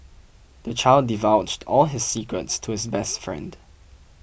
the child divulged all his secrets to his best friend